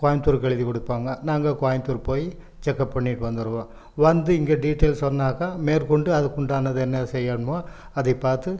கோயம்புத்தூருக்கு எழுதி கொடுப்பாங்க நாங்கள் கோயம்புத்தூருக்கு போய் செக்கப் பண்ணிட்டு வந்துடுவோம் வந்து இங்க டீட்டெயில் சொன்னாக்கா மேற்கொண்டு அதுக்குண்டானதை என்ன செய்யணுமோ அதை பார்த்து